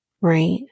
right